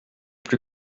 plus